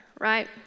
right